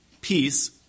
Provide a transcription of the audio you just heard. peace